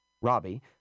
Robbie